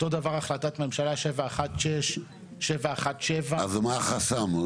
אותו דבר החלטת ממשלה 716, 717. אז מה החסם?